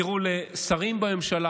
תראו, לשרים בממשלה,